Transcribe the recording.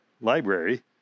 library